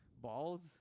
balls